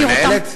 המנהלת?